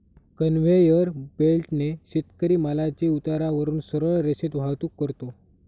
conveyor बेल्टने शेतकरी मालाची उतारावरून सरळ रेषेत वाहतूक करतो